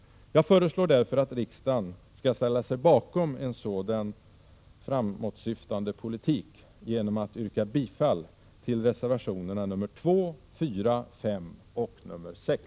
Jag föreslår därför att riksdagen skall ställa sig bakom en sådan framåtsyftande politik genom att yrka bifall till reservationerna nr 2, 4, 5 och 6.